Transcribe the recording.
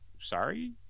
sorry